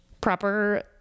proper